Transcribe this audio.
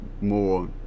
more